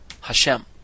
Hashem